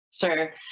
Sure